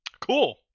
Cool